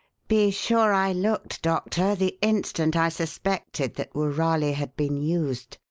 be sure i looked, doctor, the instant i suspected that woorali had been used.